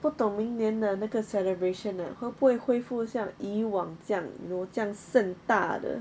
不懂明年的那个 celebration ah 他会不会回复像以往这样 you know 这样甚大的